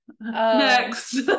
Next